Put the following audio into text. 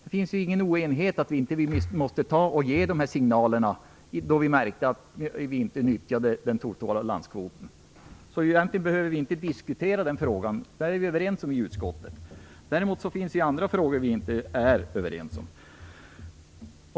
Det fanns ingen oenighet om att vi måste ge dessa signaler då vi märkte att vi inte nyttjade den totala landskvoten. Egentligen behöver vi inte diskutera den frågan. Där var vi överens i utskottet. Däremot finns det andra frågor vi inte är överens om.